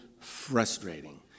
frustrating